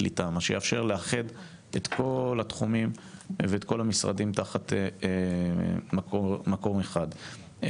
קליטה מה שיאפשר לאחד את כל התחומים וכל המשרדים תחת מקום אחד.